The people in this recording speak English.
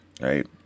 right